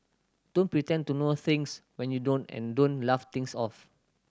don't pretend to know things when you don't and don't laugh things off